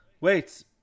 wait